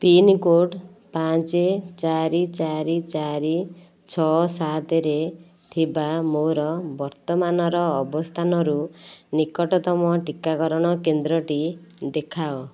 pincode ପାଞ୍ଚ ଚାରି ଚାରି ଚାରି ଛଅ ସାତରେ ଥିବା ମୋର ବର୍ତ୍ତମାନର ଅବସ୍ଥାନରୁ ନିକଟତମ ଟିକାକରଣ କେନ୍ଦ୍ରଟି ଦେଖାଅ